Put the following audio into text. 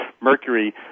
mercury